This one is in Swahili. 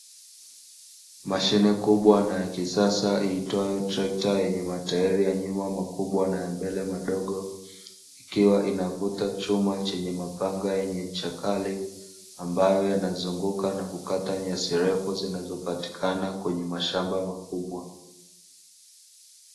Mashine kubwa na ya kisasa iitwayo trekta yenye matairi ya nyuma makubwa na ya mbele madogo, ikiwa inavuta chuma chenye mapanga yenye ncha kali, ambayo yanazunguka na kukata nyasi refu zinazopatikana kwenye mashamba makubwa.